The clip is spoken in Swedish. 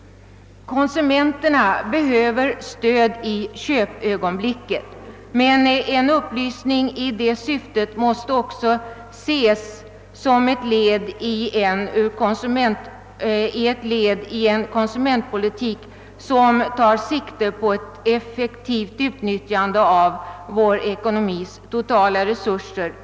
Konsumenterna behöver stöd i köpögonblicket, men en upplysning i det syftet måste också ses som ett led i en konsumentpolitik som tar sikte på ett effektivt utnyttjande av vår ekonomis totala resurser.